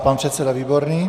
Pan předseda Výborný.